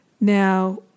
Now